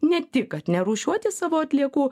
ne tik kad nerūšiuoti savo atliekų